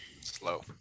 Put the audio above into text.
Slow